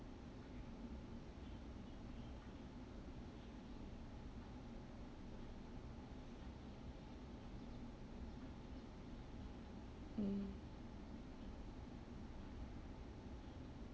mm